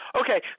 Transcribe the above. Okay